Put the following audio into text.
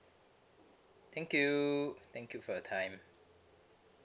thank you thank you for your time